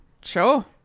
sure